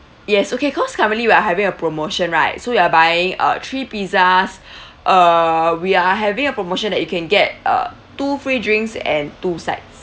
yes okay cause currently we're having a promotion right so you're buying uh three pizzas err we're having a promotion that you can get uh two free drinks and two sides